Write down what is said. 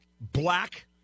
black